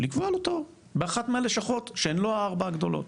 לקבוע לו תור באחת מהלשכות שהן לא הארבע הגדולות.